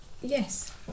Yes